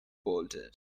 bolted